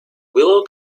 willow